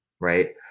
right